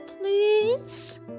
please